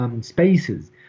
spaces